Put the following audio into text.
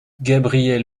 gabriel